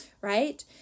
right